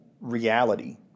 reality